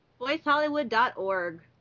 VoiceHollywood.org